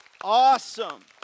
Awesome